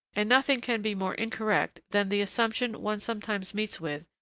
and nothing can be more incorrect than the assumption one sometimes meets with,